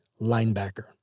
linebacker